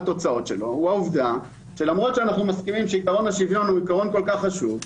הוא העובדה שלמרות שאנחנו מסכימים שעקרון השוויון הוא עקרון כל כך חשוב,